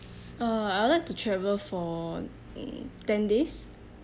uh I would like to travel for mm ten days